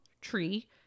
tree